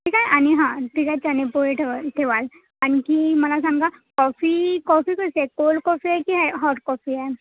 ठीक आहे आणि हां तिखा चने पोहे ठेवा ठेवाल आणखी मला सांगा कॉफी कॉफी कसे आहेत कोल्ड कॉफी आहे की हॅ हॉट कॉफी आहे